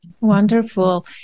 Wonderful